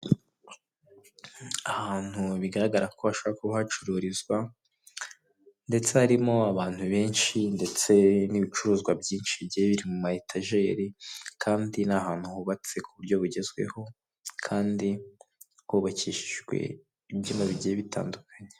Ahantu bigaragarako hashobora kuba hacururizwa ndetse harimo abantu benshi, ndetse ibicuzwa byinshyi biri muma etageri Kandi ni ahantu hubatse ku buryo bugezweho Kandi hubakishijwe ibyuma bigiye bitandukanye.